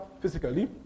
physically